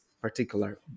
particular